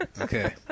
Okay